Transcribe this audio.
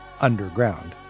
underground